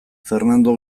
fernando